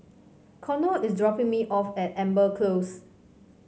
Konnor is dropping me off at Amber Close